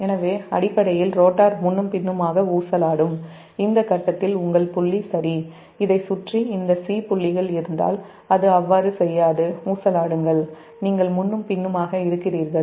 எனவேஅடிப்படையில் rotor முன்னும் பின்னுமாக ஊசலாடும் இந்த கட்டத்தில் உங்கள் புள்ளி இதைச் சுற்றி இந்த 'C' புள்ளிகள் இருந்தால் அது அவ்வாறு செய்யாது நீங்கள் முன்னும் பின்னுமாக இருக்கிறீர்கள்